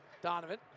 Donovan